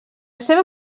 seva